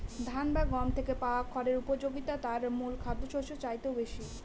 ধান বা গম থেকে পাওয়া খড়ের উপযোগিতা তার মূল খাদ্যশস্যের চাইতেও বেশি